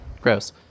Gross